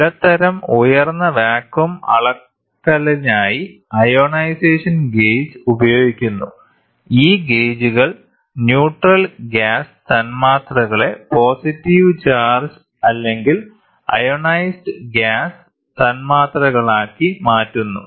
ഇടത്തരം ഉയർന്ന വാക്വം അളക്കലിനായി അയോണൈസേഷൻ ഗേജ് ഉപയോഗിക്കുന്നു ഈ ഗേജുകൾ ന്യൂട്രൽ ഗ്യാസ് തന്മാത്രകളെ പോസിറ്റീവ് ചാർജ്ജ് അല്ലെങ്കിൽ അയോണൈസ്ഡ് ഗ്യാസ് തന്മാത്രകളാക്കി മാറ്റുന്നു